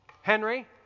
Henry